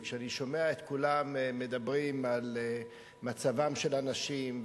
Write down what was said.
וכשאני שומע את כולם מדברים על מצבן של הנשים,